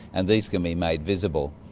and these can be made visible.